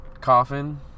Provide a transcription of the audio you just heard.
Coffin